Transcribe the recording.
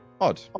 Odd